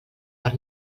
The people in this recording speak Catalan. per